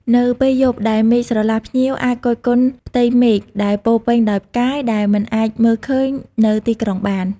នៅពេលយប់ដែលមេឃស្រឡះ ភ្ញៀវអាចគយគន់ផ្ទៃមេឃដែលពោរពេញដោយផ្កាយដែលមិនអាចមើលឃើញនៅទីក្រុងបាន។